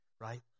right